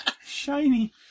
shiny